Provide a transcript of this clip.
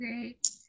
great